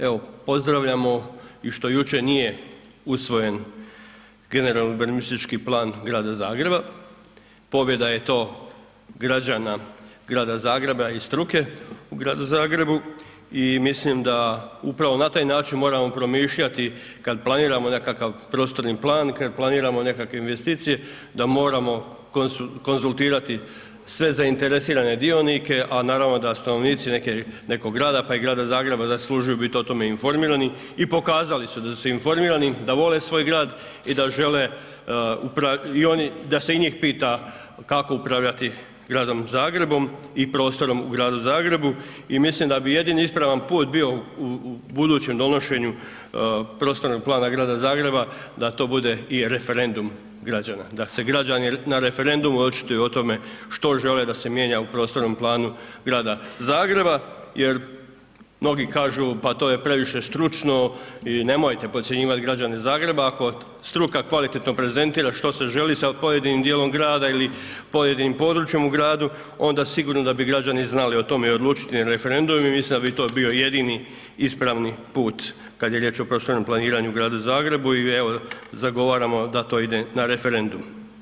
Evo pozdravljamo i što jučer nije usvojen GUP grada Zagreba, pobjeda je to građana grada Zagreba i struke u gradu Zagrebu i mislim da upravo na taj način moramo promišljati kad planiramo nekakav prostorni plan, kad planiramo nekakve investicije, da moramo konzultirati sve zainteresirane dionike a naravno da stanovnici nekog garada pa i grada Zagreba zaslužuju biti o tome informirani i pokazali su da su informirani, da vole svoj grad i da žele i oni da se i njih pita kako upravljati gradom Zagrebom i prostorom u gradu Zagrebu i mislim da bi jedini ispravan šut bio u budućem donošenju prostornog plana grada Zagreba, da to bude i referendum građana, da se građani na referendumu očituju o tome što žele da mijenja u prostornom planu grada Zagreba jer mnogi kažu pa to je previše stručno i nemojte podcjenjivati građane Zagreba ako struka kvalitetno prezentira što se želi sa pojedinim djelom grada ili pojedinim područjem u gradu onda sigurno da bi građani znali i o tome odlučiti na referendumu i mislim da bi i to bio jedini ispravni put kad je riječ o prostornom planiraju u gradu Zagreb i evo, zagovaramo da to ide na referendum.